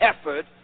effort